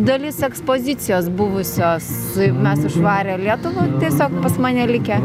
dalis ekspozicijos buvusios mes už švarią lietuvą tiesiog pas mane likę